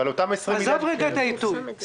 עזוב לרגע את העיתוי.